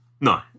No